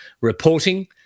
reporting